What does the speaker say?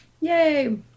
Yay